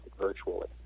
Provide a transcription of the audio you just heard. virtually